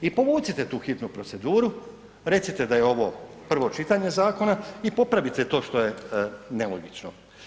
I povucite tu hitnu proceduru, recite da je ovo prvo čitanje zakona i popravite to što je nelogično.